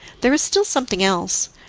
there is still something else,